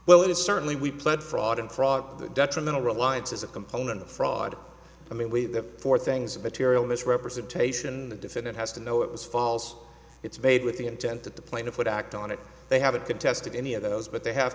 well it is certainly we pled fraud and fraud detrimental reliance is a component of fraud i mean with the four things of material misrepresentation the defendant has to know it was false it's made with the intent that the plaintiff would act on it they haven't contested any of those but they have